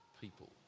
people